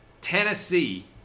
Tennessee